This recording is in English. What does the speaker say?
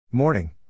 Morning